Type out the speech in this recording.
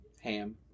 ham